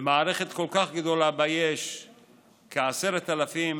במערכת כל כך גדולה, שבה יש כ-10,000 מטפלים,